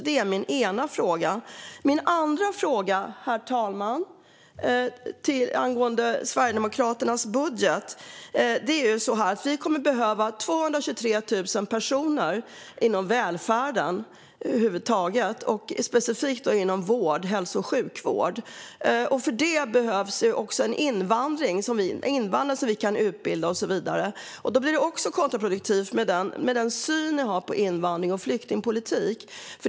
Herr talman! Jag har ytterligare en fråga angående Sverigedemokraternas budget. Sverige kommer att behöva 223 000 personer inom välfärden över huvud taget och specifikt inom hälso och sjukvården. Därför behövs också invandrare som vi kan utbilda. Med den syn ni har på invandring och flyktingpolitik blir även detta kontraproduktivt.